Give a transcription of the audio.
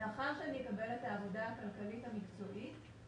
לאחר שנקבל את העבודה הכלכלית המקצועית,